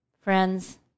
Friends